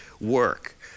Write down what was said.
work